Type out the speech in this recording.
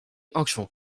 oczu